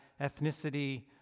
ethnicity